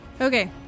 Okay